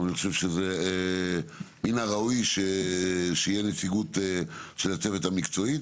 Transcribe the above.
אני חושב שמן הראוי שתהיה נציגות של הצוות המקצועי,